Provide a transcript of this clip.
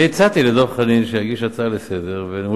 אני הצעתי לדב חנין שיגיש הצעה לסדר-היום,